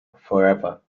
forever